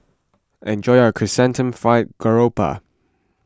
enjoy your Chrysanthemum Fried Garoupa